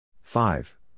Five